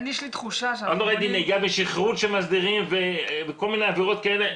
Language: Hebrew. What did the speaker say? עוד לא ראיתי נהיגה בשכרות שמסדירים וכל מיני עבירות כאלה,